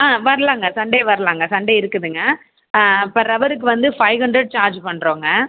ஆ வரலாம்ங்க சண்டே வரலாம்ங்க சண்டே இருக்குதுங்க பர் ஹவருக்கு வந்து ஃபைவ் ஹண்ட்ரேட் சார்ஜு பண்ணுறோங்க